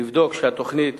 לבדוק שהתוכנית